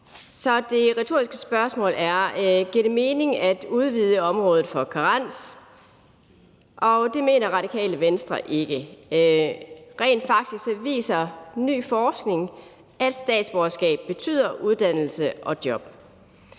så det retoriske spørgsmål er: Giver det mening at udvide området for karens? Det mener Radikale Venstre ikke. Rent faktisk viser ny forskning, at statsborgerskab betyder uddannelse og job.